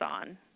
on